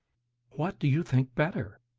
what do you think better?